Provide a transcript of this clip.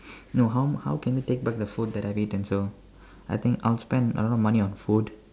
no how how can you take back the food that I've eaten so I think I'll spend a lot of money on food